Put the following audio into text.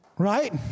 Right